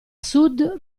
sud